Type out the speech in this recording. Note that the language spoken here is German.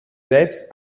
selbst